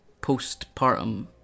postpartum